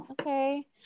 Okay